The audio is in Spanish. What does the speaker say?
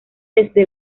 desde